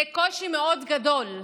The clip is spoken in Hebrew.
זה קושי מאוד גדול.